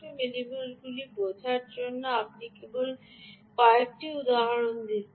700 মিলিভোল্টগুলি বোঝার জন্য আমি কেবল কয়েকটি উদাহরণ দিচ্ছি